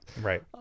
Right